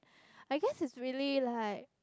I guess is really like